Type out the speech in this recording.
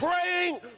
praying